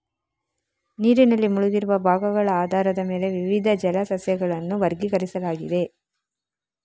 ನೀರಿನಲ್ಲಿ ಮುಳುಗಿರುವ ಭಾಗಗಳ ಆಧಾರದ ಮೇಲೆ ವಿವಿಧ ಜಲ ಸಸ್ಯಗಳನ್ನು ವರ್ಗೀಕರಿಸಲಾಗಿದೆ